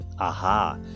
Aha